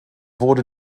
wurde